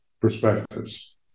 perspectives